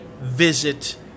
visit